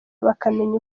bakamenya